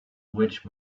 which